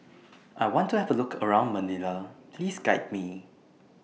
I want to Have A Look around Manila Please Guide Me